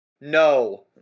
No